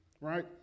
right